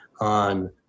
on